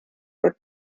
for